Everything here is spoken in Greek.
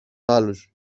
άλλους